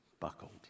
buckled